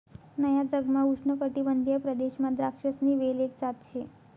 नया जगमा उष्णकाटिबंधीय प्रदेशमा द्राक्षसनी वेल एक जात शे